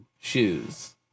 Shoes